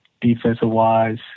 Defensive-wise